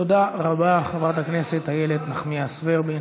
תודה רבה, חברת הכנסת איילת נחמיאס ורבין.